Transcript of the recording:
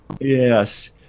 Yes